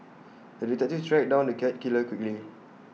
the detective tracked down the cat killer quickly